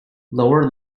lower